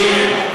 אנשים,